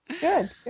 good